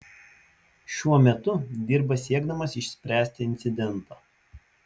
šiuo metu dirba siekdamas išspręsti incidentą